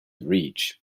reach